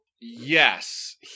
yes